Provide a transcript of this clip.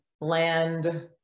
land